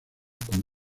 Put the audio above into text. con